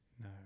No